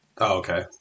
okay